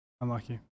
unlucky